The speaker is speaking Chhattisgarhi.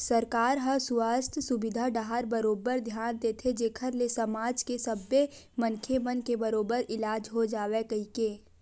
सरकार ह सुवास्थ सुबिधा डाहर बरोबर धियान देथे जेखर ले समाज के सब्बे मनखे मन के बरोबर इलाज हो जावय कहिके